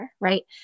right